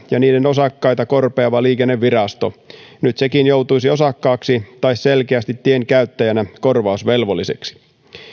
ja niiden osakkaita korpeava liikennevirasto nyt sekin joutuisi osakkaaksi tai selkeästi tienkäyttäjänä korvausvelvolliseksi